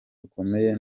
rukomeye